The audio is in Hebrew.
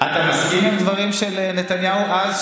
אתה מסכים עם הדברים של נתניהו אז,